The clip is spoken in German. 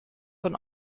von